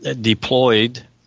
deployed